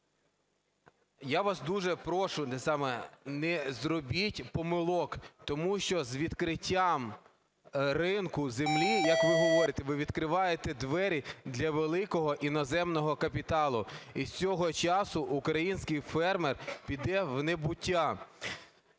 Я вас дуже прошу, не зробіть помилок, тому що з відкриттям ринку землі, як ви говорите, ви відкриваєте двері для великого іноземного капіталу. І з цього часу український фермер піде в небуття.